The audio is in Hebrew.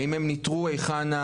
האם הם ניטרו היכן,